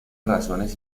razones